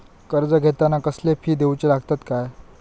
कर्ज घेताना कसले फी दिऊचे लागतत काय?